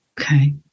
okay